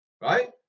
right